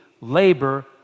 labor